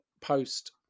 post